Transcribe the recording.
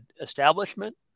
establishment